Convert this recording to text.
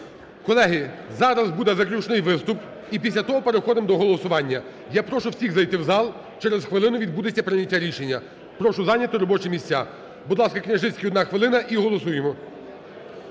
Колеги, зараз буде заключний виступ. І після того переходимо до голосування. Я прошу всіх зайти в зал, через хвилину відбудеться прийняття рішення. Прошу зайняти робочі місця. Будь ласка, Княжицький, 1 хвилина, і голосуємо.